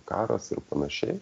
karas ir panašiai